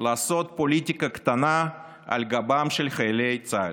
לעשות פוליטיקה קטנה על גבם של חיילי צה"ל.